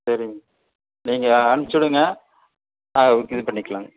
சரிங்க நீங்கள் அனுப்ச்சுடுங்க ஆ ஓகே இது பண்ணிக்கலாங்க